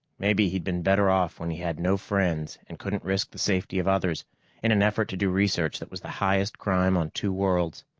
maybe he'd been better off when he had no friends and couldn't risk the safety of others in an effort to do research that was the highest crime on two worlds.